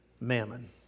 mammon